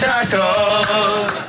Tacos